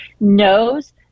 knows